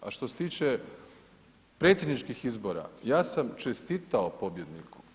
A što se tiče predsjedničkih izbora, ja sam čestitao pobjedniku.